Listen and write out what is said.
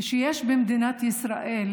כשיש במדינת ישראל